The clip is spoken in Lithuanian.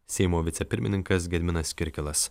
seimo vicepirmininkas gediminas kirkilas